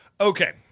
Okay